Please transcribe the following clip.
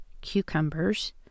cucumbers